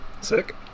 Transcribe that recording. Sick